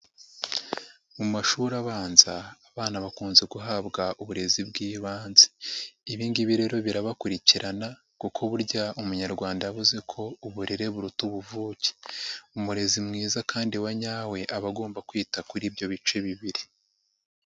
Mu mashuri abanza abana bakunze guhabwa uburezi bw'ibanze. Ibingibi rero birabakurikirana, kuko burya umunyarwanda yavuze ko uburere buruta ubuvuke. Umurezi mwiza kandi wanyawe aba agomba kwita kuri ibyo bice bibiri.